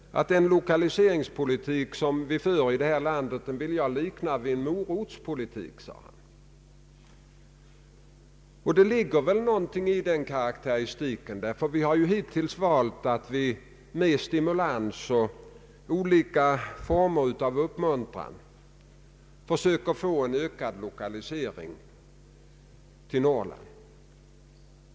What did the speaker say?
Jo, den väldiga fattigdomen i de södra delarna av landet. Och vad beträffar Frankrike har man där kommit i gång med jordbruksrationaliseringen senare än vi gjort i vårt land, och därför har man också andra utgångspunkter för sitt handlande.